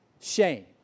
shame